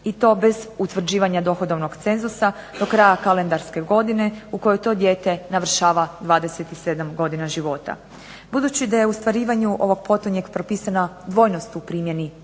i to bez utvrđivanja dohodovnog cenzusa do kraja kalendarske godine u kojoj to dijete završava 27 godina života. Budući da je u ostvarivanju ovog potonjeg propisana dvojnost u primjeni